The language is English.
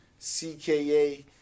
CKA